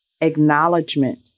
acknowledgement